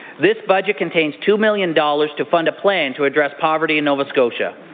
this budget contains two million dollars to fund plan to address poverty in nova scotia.